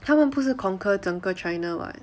他们不是 conquer 整个 china [what]